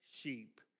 sheep